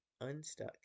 unstuck